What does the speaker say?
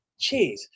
Jeez